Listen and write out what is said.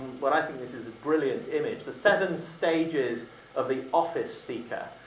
but i think this is a brilliant image, the seven stages of the office seeker.